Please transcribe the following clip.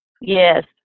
Yes